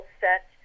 set